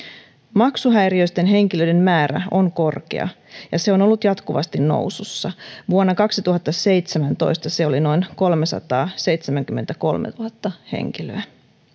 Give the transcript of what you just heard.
maksuhäiriöisten henkilöiden määrä on korkea ja se on ollut jatkuvasti nousussa vuonna kaksituhattaseitsemäntoista se oli noin kolmesataaseitsemänkymmentäkolmetuhatta henkilöä